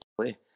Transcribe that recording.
play